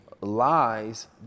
lies